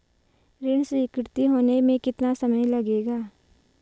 ऋण स्वीकृति होने में कितना समय लगेगा?